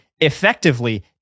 effectively